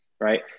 right